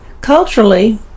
Culturally